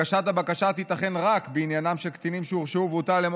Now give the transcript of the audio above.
הגשת הבקשה תיתכן רק בעניין של קטינים שהורשעו ושהוטל עליהם